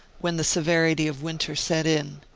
when the severity of winter set in.